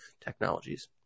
technologies